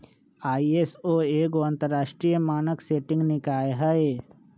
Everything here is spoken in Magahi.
आई.एस.ओ एगो अंतरराष्ट्रीय मानक सेटिंग निकाय हइ